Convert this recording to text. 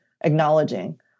acknowledging